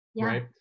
right